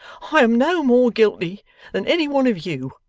i am no more guilty than any one of you.